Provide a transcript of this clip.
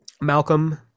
Malcolm